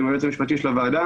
ועם היועצים המשפטיים של הוועדה,